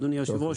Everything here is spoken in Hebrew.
אדוני היושב-ראש,